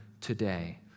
today